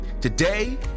Today